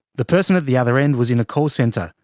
the person at the other end was in a call centre.